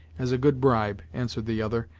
as a good bribe, answered the other.